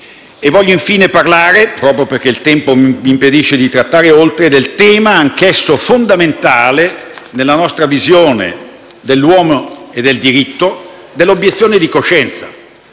Voglio, infine, parlare - proprio perché il tempo mi impedisce di trattare oltre - del tema, anch'esso fondamentale nella nostra visione dell'uomo e del diritto, dell'obiezione di coscienza.